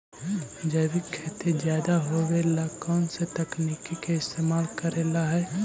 जैविक खेती ज्यादा होये ला कौन से तकनीक के इस्तेमाल करेला हई?